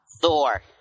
Thor